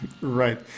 Right